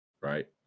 right